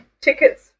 tickets